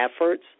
efforts